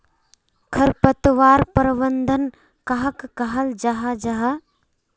खरपतवार प्रबंधन कहाक कहाल जाहा जाहा?